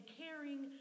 caring